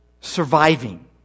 surviving